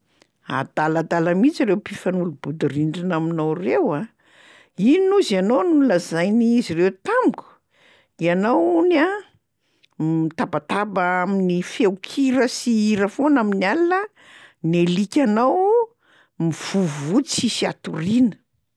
"Adaladala mihitsy ireo mpifanolo-bodirindrina aminao ireo a! Inona hozy ianao no nolazain’izy ireo tamiko? Ianao hony a m- mitabataba amin'ny feon-kira sy hira foana amin'ny alina, ny alikanao mivovò tsisy atoriana."